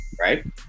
right